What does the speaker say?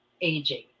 aging